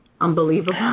unbelievable